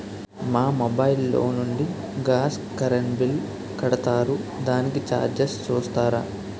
మా మొబైల్ లో నుండి గాస్, కరెన్ బిల్ కడతారు దానికి చార్జెస్ చూస్తారా?